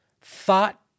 Thought